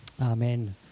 Amen